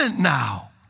now